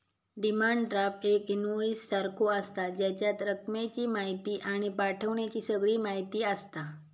demand draft एक invoice सारखो आसता, जेच्यात रकमेची म्हायती आणि पाठवण्याची सगळी म्हायती आसता